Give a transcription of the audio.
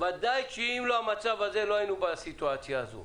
בוודאי שאם לא המצב הזה, לא היינו בסיטואציה הזאת.